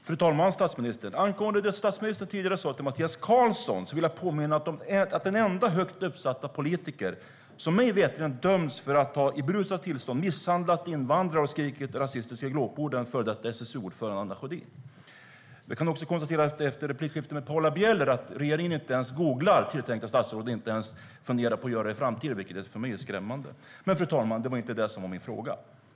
Fru talman! Angående det som statsministern tidigare sa till Mattias Karlsson vill jag påminna om att den enda högt uppsatta politiker som mig veterligen har dömts för att i berusat tillstånd ha misshandlat invandrare och skrikit rasistiska glåpord är den före detta SSU-ordföranden Anna Sjödin. Jag kan efter Paula Bielers fråga till statsministern konstatera att regeringen inte ens googlar tilltänkta statsråd och inte ens funderar på att göra det i framtiden, vilket för mig är skrämmande. Men det var inte detta som min fråga gällde. Fru talman!